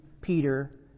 Peter